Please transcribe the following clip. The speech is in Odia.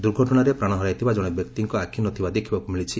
ଦୁର୍ଘଟଶାରେ ପ୍ରାଣ ହରାଇଥିବା କଣେ ବ୍ୟକ୍ତିଙ୍କ ଆଖି ନଥିବା ଦେଖିବାକୁମିଳିଛି